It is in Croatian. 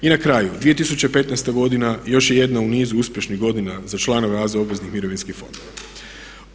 I na kraju, 2015.godina još je jedna u nizu uspješnih godina za članove AZ obveznih mirovinskih fondova.